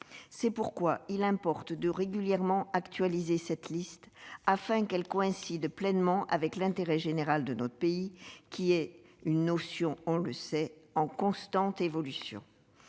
C'est pourquoi il importe d'actualiser régulièrement cette liste, afin qu'elle coïncide pleinement avec l'intérêt général de notre pays- une notion, on le sait, en constante évolution.